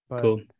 Cool